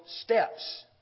steps